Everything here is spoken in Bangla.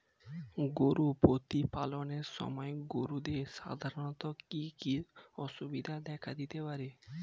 গরু প্রতিপালনের সময় গরুদের সাধারণত কি কি অসুবিধা দেখা দিতে পারে?